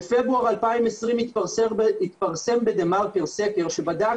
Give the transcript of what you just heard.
בפברואר 2020 התפרסם בדה-מרקר סקר שבדק